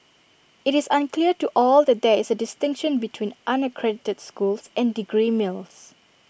IT is unclear to all that there is A distinction between unaccredited schools and degree mills